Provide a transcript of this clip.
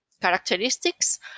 characteristics